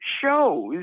shows